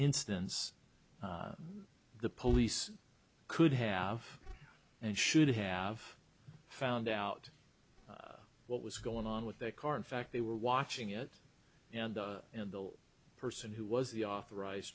instance the police could have and should have found out what was going on with their car in fact they were watching it and the person who was the authorized